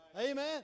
Amen